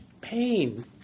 pain